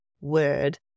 word